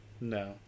No